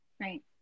Right